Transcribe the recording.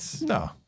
No